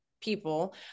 people